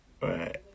right